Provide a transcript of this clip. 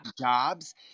jobs